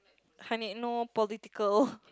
honey no political